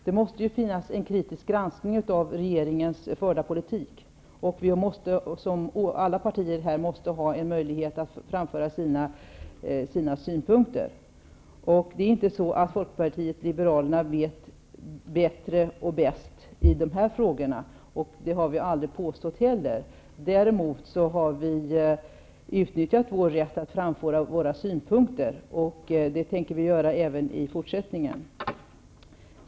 Det måste ju göras en kritisk granskning av regeringens politik, och alla partier måste ha möjlighet att framföra sina synpunkter. Vi har aldrig påstått att Folkpartiet liberalerna vet bäst i de här frågorna. Däremot har vi utnyttjat vår rätt att framföra våra synpunkter, och det tänker vi göra även i fortsättningen.